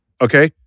Okay